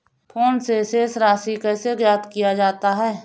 Phone से शेष राशि कैसे ज्ञात किया जाता है?